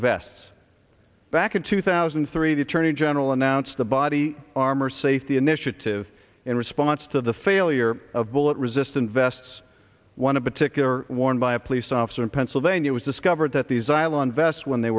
vests back in two thousand and three the attorney general announced a body armor safety initiative in response to the failure of bullet resistant vests one a particular worn by a police officer in pennsylvania was discovered that the xylem vests when they